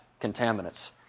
contaminants